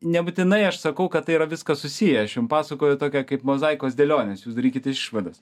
nebūtinai aš sakau kad tai yra viskas susiję aš jum pasakoju tokią kaip mozaikos dėliones jūs darykite išvadas